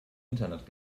internet